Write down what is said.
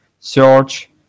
Search